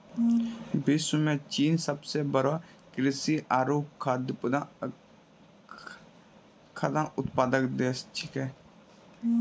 विश्व म चीन सबसें बड़ो कृषि आरु खाद्यान्न उत्पादक देश छिकै